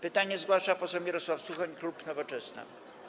Pytanie zgłasza poseł Mirosław Suchoń, klub Nowoczesna.